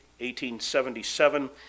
1877